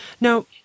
Now